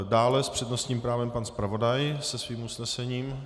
Dále s přednostním právem pan zpravodaj se svým usnesením.